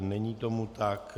Není tomu tak.